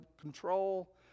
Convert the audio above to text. control